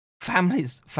Families